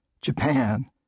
Japan